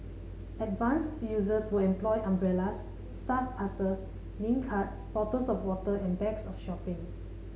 advanced users will employ umbrellas staff passes name cards bottles of water and bags of shopping